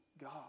God